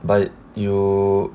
but you